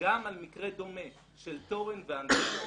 גם על מקרה דומה של תורן ואנטנות